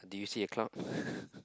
do you see a cloud